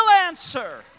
answer